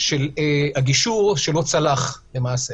של הגישור שלא צלח למעשה.